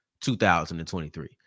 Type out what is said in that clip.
2023